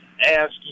ask